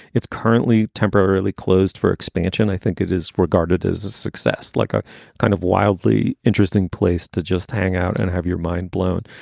it's currently temporarily closed for expansion. i think it is regarded as a success, like a kind of wildly interesting place to just hang out and have your mind blown.